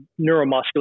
neuromuscular